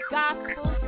gospel